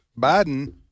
Biden